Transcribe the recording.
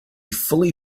fully